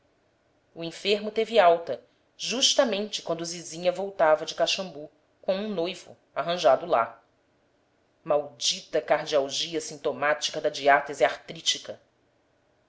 o enfermo teve alta justamente quando zizinha voltava de caxambu com um noivo arranjado lá maldita cardialgia sintomática da diátese artrítica